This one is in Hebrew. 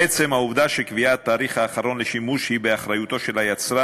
עצם העובדה שקביעת התאריך האחרון לשימוש בו היא באחריותו של היצרן